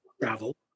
travel